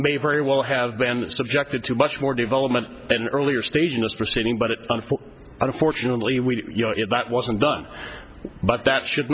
may very well have been subjected to much more development in the earlier stages proceeding but on for unfortunately we you know it that wasn't done but that should